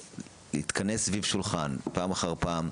להתכנס סביב שולחן פעם אחר פעם,